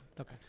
Okay